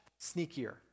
sneakier